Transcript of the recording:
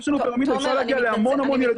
יש לנו פירמידה, אפשר להגיע להמון המון ילדים משם.